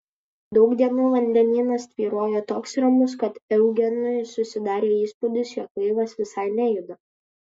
daug dienų vandenynas tvyrojo toks ramus kad eugenui susidarė įspūdis jog laivas visai nejuda